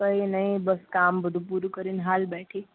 કંઈ નહીં બસ કામ બધું પૂરું કરીને હાલ બેઠી